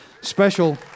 special